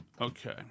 Okay